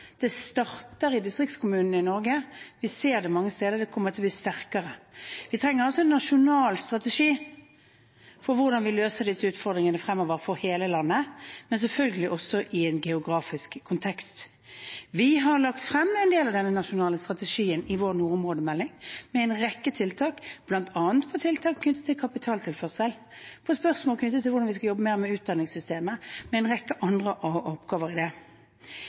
Det starter i distriktskommunene i Norge, og vi ser at det mange steder kommer til å bli sterkere. Vi trenger en nasjonal strategi for hvordan vi løser disse utfordringene fremover for hele landet, selvfølgelig også i en geografisk kontekst. Vi har lagt frem en del av denne nasjonale strategien i vår nordområdemelding, med en rekke tiltak, bl.a. tiltak knyttet til kapitaltilførsel og spørsmål knyttet til hvordan vi skal jobbe mer med utdanningssystemet og en rekke andre oppgaver. Så tenker jeg at det vi ikke oppnår noe med, er vrengebilder og